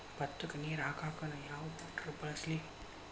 ಭತ್ತಕ್ಕ ನೇರ ಹಾಕಾಕ್ ನಾ ಯಾವ್ ಮೋಟರ್ ಬಳಸ್ಲಿ?